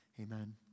Amen